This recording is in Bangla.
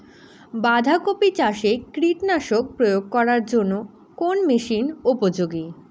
বাঁধা কপি চাষে কীটনাশক প্রয়োগ করার জন্য কোন মেশিন উপযোগী?